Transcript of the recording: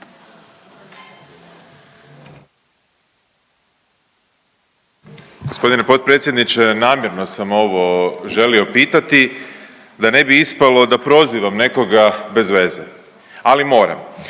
Gospodine potpredsjedniče namjerno sam ovo želio pitati da ne bi ispalo da prozivam nekoga bez veze, ali moram.